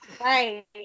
Right